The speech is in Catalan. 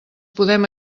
podem